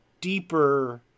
deeper